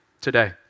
today